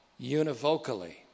univocally